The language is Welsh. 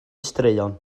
straeon